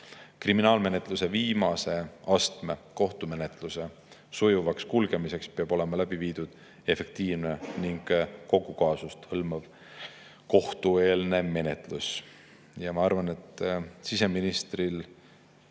Kriminaalmenetluse viimase astme kohtumenetluse sujuvaks kulgemiseks peab olema läbi viidud efektiivne ning kogu kaasust hõlmav kohtueelne menetlus. Ma arvan, et siseministril